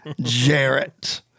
Jarrett